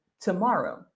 tomorrow